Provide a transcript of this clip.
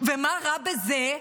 ומה רע בזה?